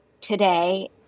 today